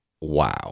Wow